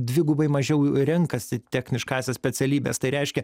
dvigubai mažiau renkasi techniškąsias specialybes tai reiškia